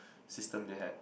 system they had